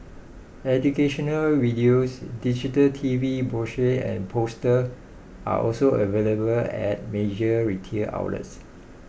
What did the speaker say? educational videos digital T V brochure and poster are also available at major retail outlets